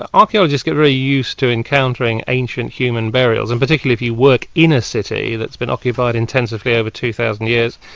archaeologists get very used to encountering ancient human burials and particularly if you work in a city that's been occupied intensively over two thousand years,